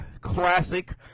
Classic